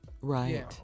Right